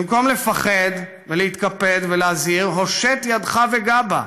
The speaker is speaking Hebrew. במקום לפחד, להתקפד ולהזהיר, הושט ידך וגע בה.